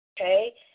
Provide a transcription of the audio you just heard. Okay